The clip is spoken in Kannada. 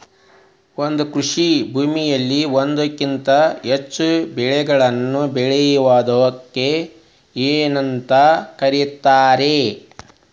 ಒಂದೇ ಕೃಷಿ ಭೂಮಿಯಾಗ ಒಂದಕ್ಕಿಂತ ಹೆಚ್ಚು ಬೆಳೆಗಳನ್ನ ಬೆಳೆಯುವುದಕ್ಕ ಏನಂತ ಕರಿತಾರಿ?